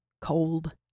cold